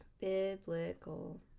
biblical